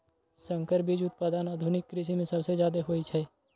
संकर बीज उत्पादन आधुनिक कृषि में सबसे जादे होई छई